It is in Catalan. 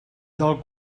del